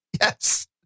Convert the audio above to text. Yes